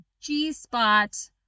g-spot